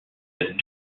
cette